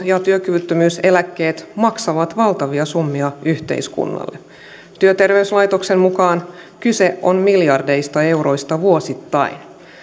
työkyvyttömyyseläkkeet maksavat valtavia summia yhteiskunnalle työterveyslaitoksen mukaan kyse on miljardeista euroista vuosittain